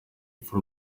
rupfu